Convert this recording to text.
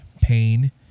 pain